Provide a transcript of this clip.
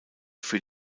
für